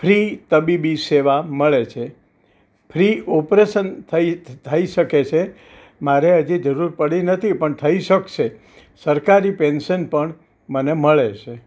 free તબીબી સેવા મળે છે ફ્રી ઓપરેશન થઈ શકે છે મારે હજી જરૂર પડી નથી પણ થઈ શકશે સરકારી પેન્સન પણ મને મળે છે